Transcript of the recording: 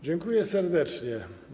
Dziękuję serdecznie.